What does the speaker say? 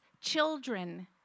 children